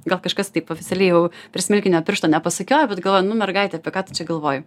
gal kažkas taip oficialiai jau prie smilkinio pirštą nepasukiojo bet nu mergaite apie ką tu čia galvoji